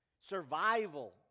Survival